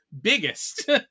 biggest